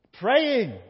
praying